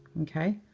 ok.